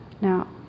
Now